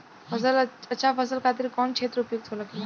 अच्छा फसल खातिर कौन क्षेत्र उपयुक्त होखेला?